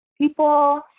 people